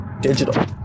digital